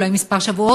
אולי כמה שבועות,